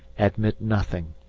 admit nothing,